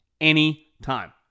anytime